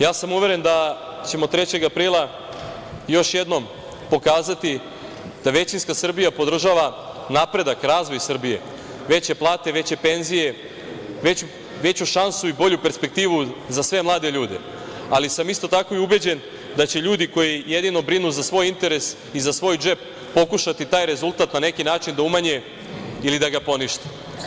Ja sam uveren da ćemo 3. aprila još jednom pokazati da većinska Srbija podržava napredak i razvoj Srbije, veće plate, veće penzije, veću šansu i bolju perspektivu za sve mlade ljude, ali sam isto tako i ubeđen da će ljudi koji jedino brinu za svoj interes i za svoj džep pokušati taj rezultat na neki način da umanje ili da ga ponište.